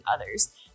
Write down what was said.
others